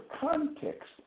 context